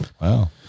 Wow